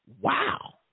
Wow